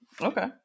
Okay